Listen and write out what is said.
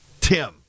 tim